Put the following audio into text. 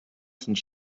sind